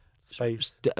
space